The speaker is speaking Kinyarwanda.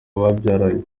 babyaranye